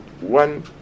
one